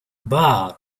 bar